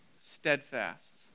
Steadfast